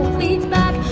leads back